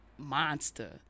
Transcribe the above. monster